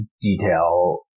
detail